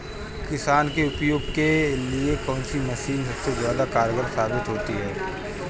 किसान के उपयोग के लिए कौन सी मशीन सबसे ज्यादा कारगर साबित होती है?